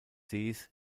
sees